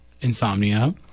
insomnia